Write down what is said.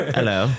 Hello